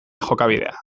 jokabidea